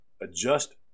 adjust